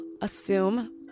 assume